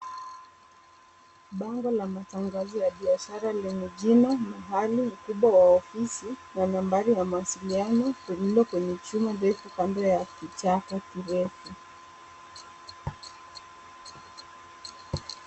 Bango la matangazo ya biashara lenye jina, mahali na ukubwa wa ofisi na nambari ya mawaziliano lililo kwenye chuma ndefu kando ya kichaka kirefu.